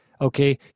Okay